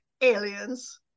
aliens